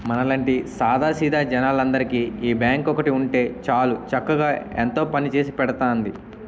మనలాంటి సాదా సీదా జనాలందరికీ ఈ బాంకు ఒక్కటి ఉంటే చాలు చక్కగా ఎంతో పనిచేసి పెడతాంది